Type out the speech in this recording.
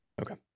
okay